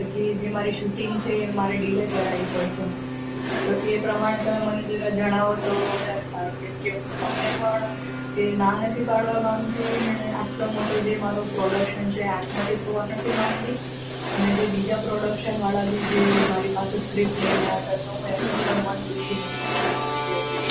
પછી જે મારી શૂટિંગ છે એ મારે ડિલે કરાવવી પડશે તો એ પ્રમાણે તમે મને જરા જણાવો તો વધારે સારું કેમ કે હું તમને પણ એ ના નથી પાડવા માગતી ને આટલો મોટો જે મારો પ્રોડક્શન છે હાથમાંથી ખોવા નથી માગતી અને જે બીજા પ્રોડક્શનવાળા બી જે મારી પાસે સ્ક્રીપટ લઈને આવ્યા હતા તો એમનું પણ મન દુઃખી નથી કરવા માગતી એટલે